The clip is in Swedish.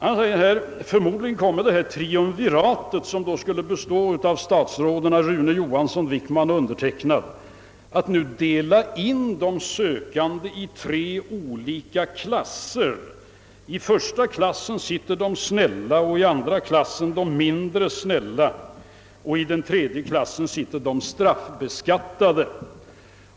Då sade han att detta triumvirat — som alltså skulle bestå av statsråden Johansson och Wickman samt mig själv — väl nu kommer att dela in de sökande i tre klasser. I den första sitter de snälla, i den andra de mindre snälla och i den tredje de straffbeskattade.